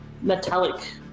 metallic